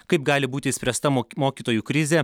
kaip gali būti išspręsta moki mokytojų krizė